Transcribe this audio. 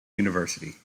university